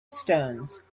stones